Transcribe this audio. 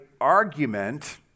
argument